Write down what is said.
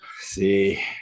See